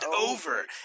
over